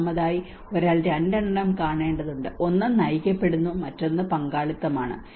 ഒന്നാമതായി ഒരാൾ രണ്ടെണ്ണം കാണേണ്ടതുണ്ട് ഒന്ന് നയിക്കപ്പെടുന്നു മറ്റൊന്ന് ഒരുതരം പങ്കാളിത്തമാണ്